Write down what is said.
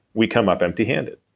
we come up empty handed,